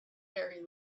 very